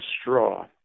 straw